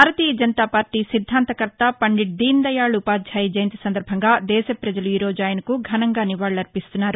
భారతీయ జనతాపార్టీ సిద్దాంత కర్త పండిట్ దీనదయాళ్ ఉపాధ్యాయ జయంతి సందర్బంగా దేశ ప్రపజలు ఈ రోజు ఆయనకు ఘనంగా నివాళులర్పిస్తున్నారు